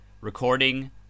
recording